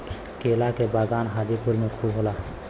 केला के बगान हाजीपुर में खूब होला